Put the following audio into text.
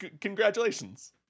congratulations